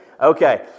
Okay